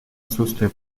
отсутствие